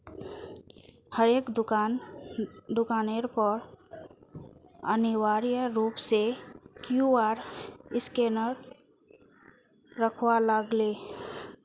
हरेक दुकानेर पर अनिवार्य रूप स क्यूआर स्कैनक रखवा लाग ले